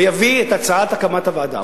ויביא את הצעת הקמת הוועדה.